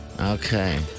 Okay